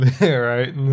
Right